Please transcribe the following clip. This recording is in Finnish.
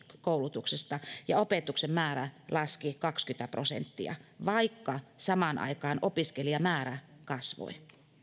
koulutuksesta ja opetuksen määrä laski kaksikymmentä prosenttia vaikka samaan aikaan opiskelijamäärä kasvoi